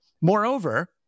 Moreover